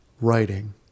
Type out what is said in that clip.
writing